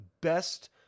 best